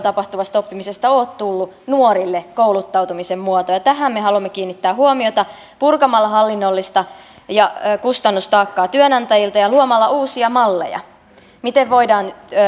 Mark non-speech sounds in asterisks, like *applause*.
*unintelligible* tapahtuvasta oppimisesta ei aidosti ole tullut nuorille kouluttautumisen muoto tähän me haluamme kiinnittää huomiota purkamalla hallinnollista ja kustannustaakkaa työnantajilta ja luomalla uusia malleja miten voidaan